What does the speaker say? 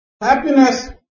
happiness